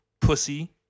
pussy